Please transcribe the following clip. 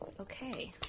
Okay